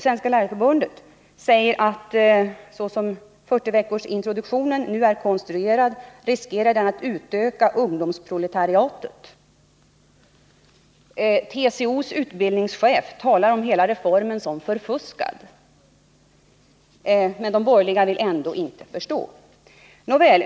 Sveriges lärarförbund säger att ”såsom den 40 veckor långa yrkesintroduktionen nu är konstruerad riskerar den att utöka ungdomsproletariatet”. TCO:s utbildningschef säger att hela reformen är ”förfuskad”. Men de borgerliga vill ändå inte förstå. Nåväl!